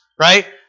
right